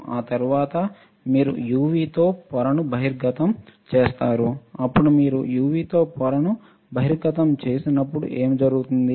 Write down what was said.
ఆ తర్వాత మీరు UV తో పొరను బహిర్గతం చేస్తారు అప్పుడు మీరు UV తో పొరను బహిర్గతం చేసినప్పుడు ఏమి జరుగుతుంది